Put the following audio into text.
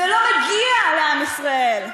זה לא מגיע לעם ישראל.